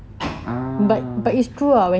ah